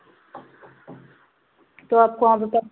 तो आपको वहाँ पर तब